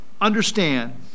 Understand